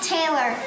Taylor